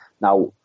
Now